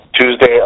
Tuesday